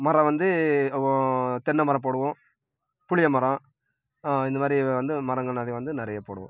மரம் வந்து ஒ தென்னைமரம் போடுவோம் புளியமரம் இந்த மாதிரி வந்து மரங்கள் நிறைய வந்து நிறைய போடுவோம்